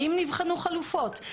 האם נבחנו חלופות,